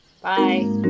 bye